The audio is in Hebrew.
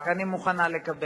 וזה אומר שלא בכל